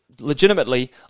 legitimately